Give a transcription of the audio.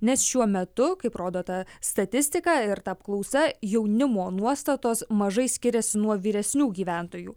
nes šiuo metu kaip rodo ta statistika ir ta apklausa jaunimo nuostatos mažai skiriasi nuo vyresnių gyventojų